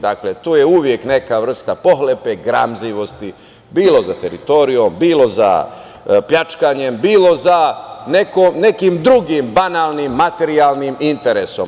Dakle, to je uvek neka vrsta pohlepe, gramzivosti, bilo za teritorijom, bilo za pljačkanjem, bilo za nekim drugim banalnim, materijalnim interesom.